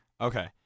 Okay